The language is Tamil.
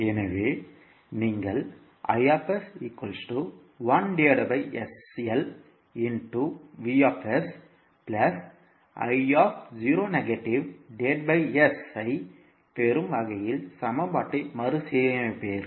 எனவே நீங்கள் ஐம் பெறும் வகையில் சமன்பாட்டை மறுசீரமைப்புக்கள்